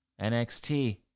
NXT